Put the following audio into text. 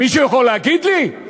מישהו יכול להגיד לי?